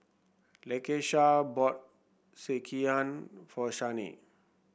Lakesha bought Sekihan for Shane